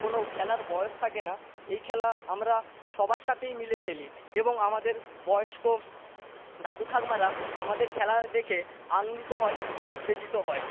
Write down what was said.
কোনো খেলার বয়স থাকে না এই খেলা আমরা সবার সাথেই মিলে খেলি এবং আমাদের বয়স্ক দাদু ঠাকুমারা আমাদের খেলা দেখে আনন্দিত হয় ও উত্তেজিত হয়